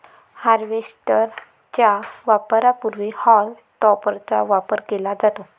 harvester च्या वापरापूर्वी हॉल टॉपरचा वापर केला जातो